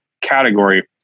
category